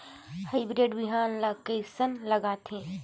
Hybrid बिहान ला कइसन लगाथे?